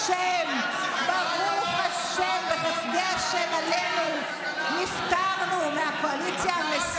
השרה, תראי מה קורה במדינה.